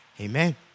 Amen